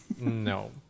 No